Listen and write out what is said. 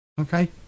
Okay